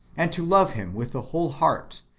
and to love him with the whole heart,